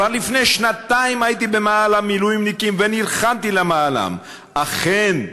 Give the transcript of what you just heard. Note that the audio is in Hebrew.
כבר לפני שנתיים הייתי במאהל המילואימניקים ונלחמתי למענם" אכן,